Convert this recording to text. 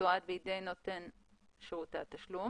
ותתועד בידי נותן שירותי התשלום".